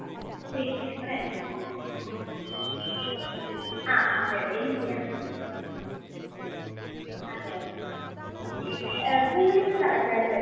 നാളെ ഞാൻ ഇന്നു അവിടെ ഒന്ന് വിളിച്ചു നോക്കാം ഞാൻ അല്ലെങ്കിൽ പോയിത്തന്നെ നോക്കാം എന്നിട്ട് നാളെത്തൊട്ട് കിട്ടുമെങ്കിൽ ഞാൻ നാളെ തന്നെ തരാം ഇല്ലെങ്കിൽ ചിലപ്പോൾ നാളെ കഴിഞ്ഞാവും കുഴപ്പമില്ലല്ലോ